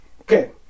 okay